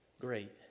great